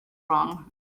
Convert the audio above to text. wrong